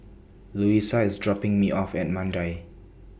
Louisa IS dropping Me off At Mandai